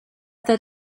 that